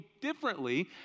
differently